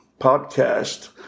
podcast